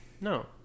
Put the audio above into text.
No